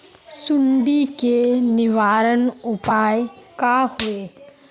सुंडी के निवारण उपाय का होए?